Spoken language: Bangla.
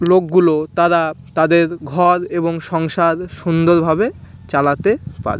লোকগুলো তারা তাদের ঘর এবং সংসার সুন্দরভাবে চালাতে পারে